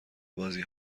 بازی